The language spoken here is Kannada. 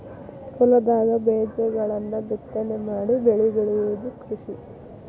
ಹೊಲದಾಗ ಬೇಜಗಳನ್ನ ಬಿತ್ತನೆ ಮಾಡಿ ಬೆಳಿ ಬೆಳಿಯುದ ಕೃಷಿ